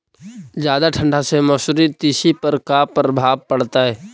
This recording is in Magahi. जादा ठंडा से मसुरी, तिसी पर का परभाव पड़तै?